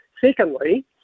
Secondly